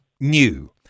new